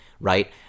right